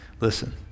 Listen